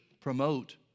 promote